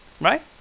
Right